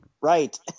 right